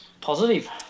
Positive